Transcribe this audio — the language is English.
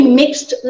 mixed